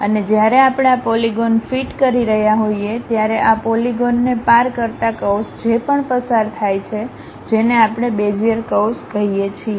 અને જ્યારે આપણે આ પોલીગોન ફીટ કરી રહ્યા હોઈએ ત્યારે આ પોલીગોનને પાર કરતા કર્વ્સ જે પણ પસાર થાય છે જેને આપણે બેઝિયરકર્વ્સ કહીએ છીએ